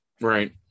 right